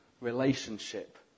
relationship